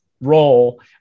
role